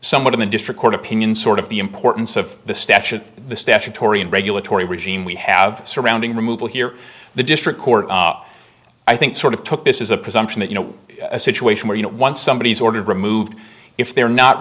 somewhat in the district court opinion sort of the importance of the statute the statutory and regulatory regime we have surrounding removal here the district court i think sort of took this is a presumption that you know a situation where you know once somebody is ordered removed if they're not